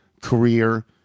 career